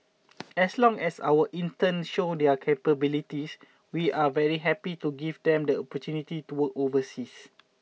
as long as our interns show their capabilities we are very happy to give them the opportunity to work overseas